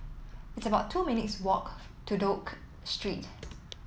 it's about two minutes' walk to Duke Street